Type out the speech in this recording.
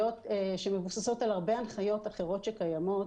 שהן הנחיות שמבוססות על הרבה הנחיות אחרות שקיימות.